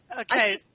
Okay